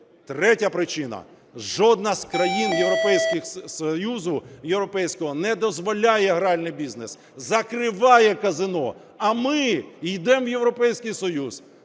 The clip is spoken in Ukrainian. Третя причина. Жодна з країн Європейського Союзу не дозволяє гральний бізнес, закриває казино. А ми йдемо в Європейський Союз.